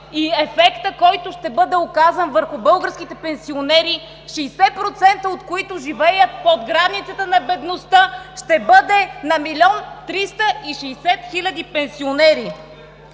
Ефектът, който ще бъде оказан върху българските пенсионери, 60%, от които живеят под границата на бедността, ще бъде 1 млн. 360 хиляди пенсионери.